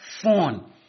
phone